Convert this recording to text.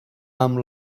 amb